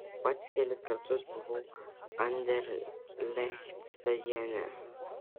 pats kelis kartus buvau anderlecht stadione